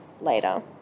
later